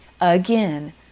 Again